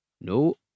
no